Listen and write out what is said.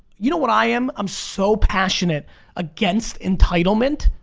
you know what i am? i'm so passionate against entitlement.